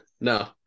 no